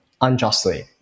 unjustly